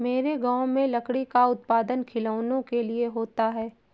मेरे गांव में लकड़ी का उत्पादन खिलौनों के लिए होता है